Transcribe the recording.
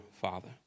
Father